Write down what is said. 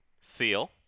Seal